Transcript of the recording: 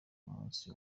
munsi